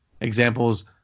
Examples